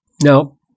Now